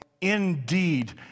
Indeed